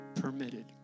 permitted